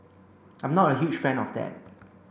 I'm not a huge fan of that